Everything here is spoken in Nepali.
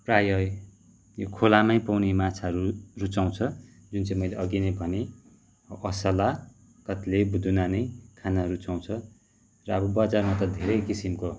प्रायः यो खोलामै पाउने माछाहरू रुचाउँछ जुन चाहिँ मैले अघि नै भनेँ असला कत्ले बुदुना नै खान रुचाउँछ र अब बजारमा त धेरै किसिमको